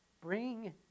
bring